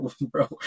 bro